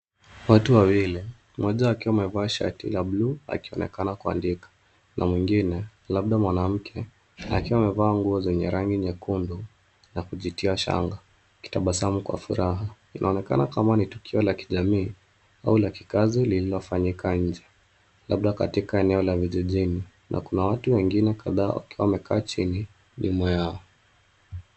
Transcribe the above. Watu wawili, mmoja akiwa amevaa shati la buluu akionekana kuandika na mwingine labda mwanamke akiwa amevaa nguo zenye rangi nyekundu na kujitia shanga akitabasamu kwa furaha. Inaonekana kama ni tukio la kijamii au la kikazi lililofanyika nje, labda katika eneo la vijini na kuna watu wengine kadhaa wakiwa wamekaa chini nyuma yao.